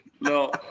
no